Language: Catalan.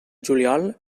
juliol